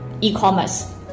e-commerce